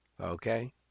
Okay